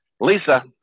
Lisa